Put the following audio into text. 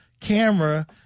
camera